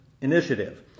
Initiative